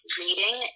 reading